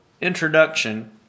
introduction